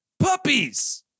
puppies